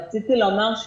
רציתי לומר,